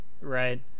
Right